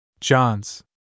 John's